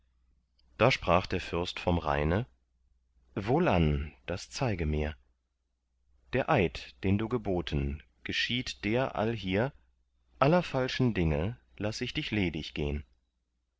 da sprach der fürst vom rheine wohlan das zeige mir der eid den du geboten geschieht der allhier aller falschen dinge laß ich dich ledig gehn